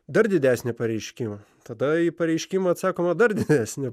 dar didesnį pareiškimą tada pareiškimą atsakoma dar didesni